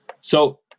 So-